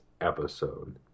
episode